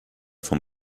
von